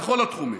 בכל התחומים,